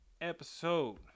episode